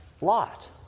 Lot